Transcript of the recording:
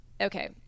Okay